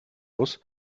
muss